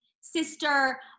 sister